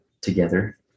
together